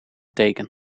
teken